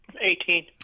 Eighteen